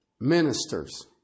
ministers